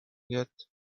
yet